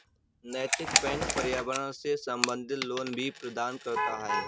नैतिक बैंक पर्यावरण से संबंधित लोन भी प्रदान करता है